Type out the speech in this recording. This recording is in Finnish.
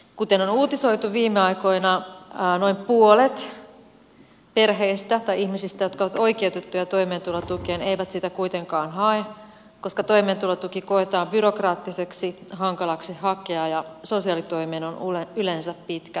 kuten on uutisoitu viime aikoina noin puolet ihmisistä jotka ovat oikeutettuja toimeentulotukeen ei sitä kuitenkaan hae koska toimeentulotuki koetaan byrokraattiseksi hankalaksi hakea ja sosiaalitoimeen on yleensä pitkät jonot